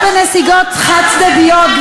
ולא בנסיגות חד-צדדיות,